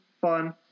fun